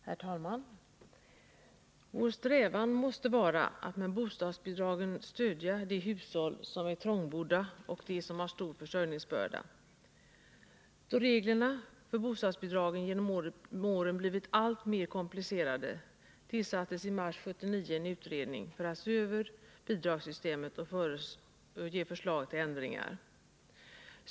Herr talman! Vår strävan måste vara att med bostadsbidragen stödja de hushåll som är trångbodda och de som har en stor försörjningsbörda. Då reglerna för bostadsbidragen genom åren blivit alltmer komplicerade tillsattes i mars 1979 en utredning som fick i uppdrag att se över bidragssystemet och ge förslag till ändringar.